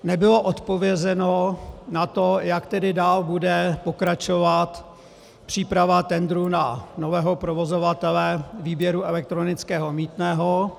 Nebylo odpovězeno na to, jak tedy dál bude pokračovat příprava tendru na nového provozovatele výběru elektronického mýtného.